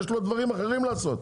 יש לו עוד דברים אחרים לעשות,